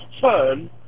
turn